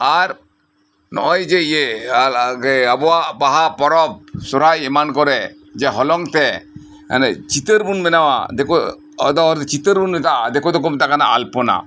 ᱟᱨ ᱱᱚᱜᱼᱚᱭ ᱡᱮ ᱤᱭᱟᱹ ᱟᱞ ᱟᱜᱮ ᱟᱵᱚᱣᱟᱜ ᱵᱟᱦᱟ ᱯᱚᱨᱚᱵᱽ ᱥᱚᱨᱦᱟᱭ ᱮᱢᱟᱱ ᱠᱚᱨᱮ ᱡᱮ ᱦᱚᱞᱚᱝ ᱛᱮ ᱢᱟᱱᱮ ᱪᱤᱛᱟᱹᱨ ᱵᱚᱱ ᱵᱮᱱᱟᱣᱟ ᱫᱮᱠᱩ ᱦᱚᱲ ᱫᱚ ᱪᱤᱛᱟᱹᱨ ᱵᱚᱱ ᱢᱮᱛᱟᱜᱼᱟ ᱫᱤᱠᱩ ᱫᱚᱠᱚ ᱢᱮᱛᱟᱜ ᱠᱟᱱᱟ ᱟᱞᱯᱚᱱᱟ